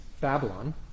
Babylon